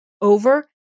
over